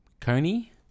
Coney